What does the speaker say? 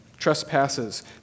Trespasses